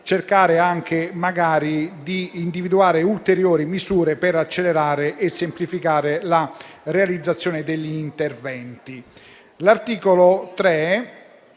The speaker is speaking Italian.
e di individuare, quindi, ulteriori misure per accelerare e semplificare la realizzazione degli interventi. L'articolo 3